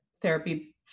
therapy